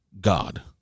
god